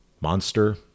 Monster